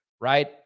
right